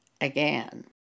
again